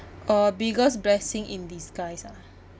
uh biggest blessing in disguise ah